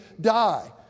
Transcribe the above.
die